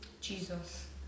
Jesus